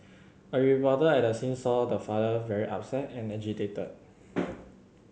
a reporter at the scene saw the father very upset and agitated